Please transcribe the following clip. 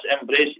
embrace